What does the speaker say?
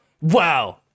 wow